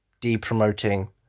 de-promoting